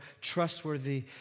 trustworthy